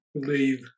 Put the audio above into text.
believe